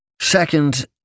Second